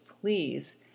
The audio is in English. please